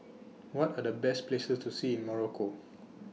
What Are The Best Places to See in Morocco